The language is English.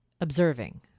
observing